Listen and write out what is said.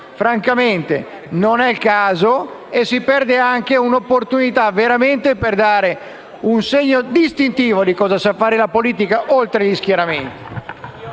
Francamente non è il caso e si perde anche un'opportunità per dare un segno distintivo di cosa sa fare la politica oltre gli schieramenti.